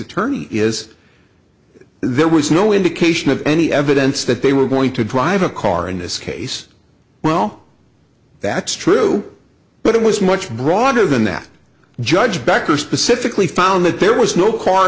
attorney is there was no indication of any evidence that they were going to drive a car in this case well that's true but it was much broader than that judge becker specifically found that there was no car